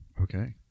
Okay